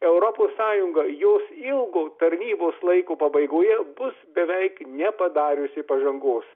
europos sąjunga jos ilgo tarnybos laiko pabaigoje bus beveik nepadariusi pažangos